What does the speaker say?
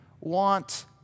want